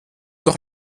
doch